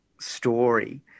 story